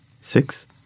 Six